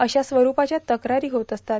अशा स्वरूपाच्या तकारी होत असतात